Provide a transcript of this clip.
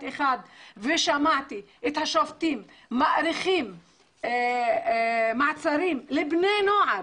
אחד ושמעתי את השופטים מאריכים מעצרים לבני נוער,